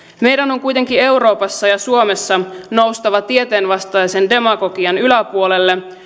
meidän on kuitenkin euroopassa ja suomessa noustava tieteen vastaisen demagogian yläpuolelle